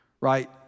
right